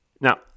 Now